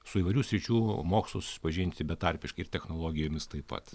su įvairių sričių mokslu susipažinti betarpiškai ir technologijomis taip pat